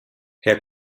herr